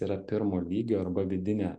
yra pirmo lygio arba vidinė